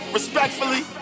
Respectfully